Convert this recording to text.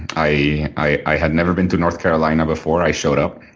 i i had never been to north carolina before. i showed up.